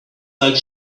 like